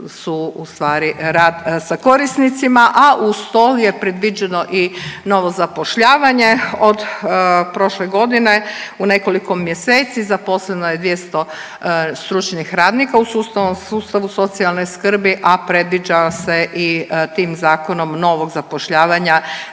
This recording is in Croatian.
su ustvari rad sa korisnicima, a uz to je predviđeno i novo zapošljavanje. Od prošle godine u nekoliko mjeseci zaposleno je 200 stručnih radnika u sustavu socijalne skrbi, a predviđa se i tim zakonom novog zapošljavanja